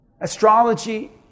Astrology